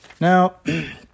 Now